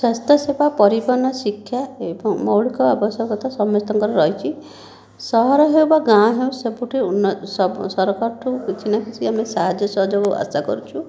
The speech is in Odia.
ସ୍ୱାସ୍ଥ୍ୟ ସେବା ପରିବହନ ଶିକ୍ଷା ଏବଂ ମୌଳିକ ଆବଶ୍ୟକତା ସମସ୍ତଙ୍କର ରହିଛି ସହର ହେଉ ଅବା ଗାଁ ହେଉ ସବୁଠି ସରକାରଠୁ କିଛି ନା କିଛି ଆମେ ସାହାଯ୍ୟ ସହଯୋଗ ଆଶା କରୁଛୁ